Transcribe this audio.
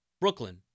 Brooklyn